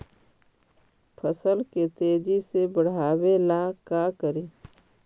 फसल के तेजी से बढ़ाबे ला का करि?